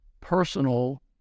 personal